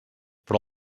però